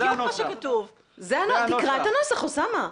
תקרא את הנוסח, אוסאמה.